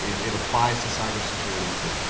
it it applies to cybersecurity too.